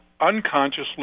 unconsciously